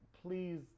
please